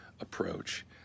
approach